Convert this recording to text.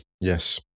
yes